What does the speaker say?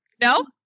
No